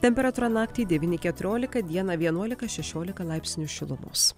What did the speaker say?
temperatūra naktį devyni keturiolika dieną vienuolika šešiolika laipsnių šilumos